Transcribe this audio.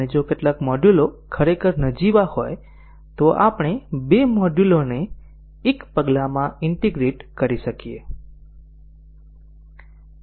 અને જો કેટલાક મોડ્યુલો ખરેખર નજીવા હોય તો આપણે બે મોડ્યુલોને એક પગલામાં ઈન્ટીગ્રેટ કરી શકીએ